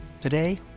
Today